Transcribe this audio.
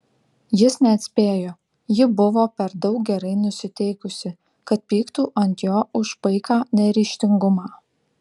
jis neatspėjo ji buvo per daug gerai nusiteikusi kad pyktų ant jo už paiką neryžtingumą